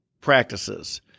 practices